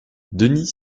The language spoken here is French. denis